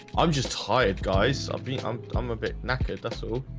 i'm just hired guys. i've yeah um become a bit knackered. that's so